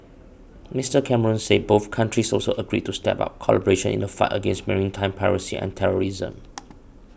Mister Cameron said both countries also agreed to step up collaboration in the fight against maritime piracy and terrorism